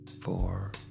four